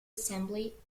assembly